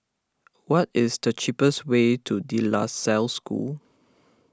what is the cheapest way to De La Salle School